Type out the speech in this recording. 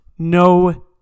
No